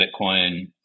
Bitcoin